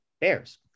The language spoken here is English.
Bears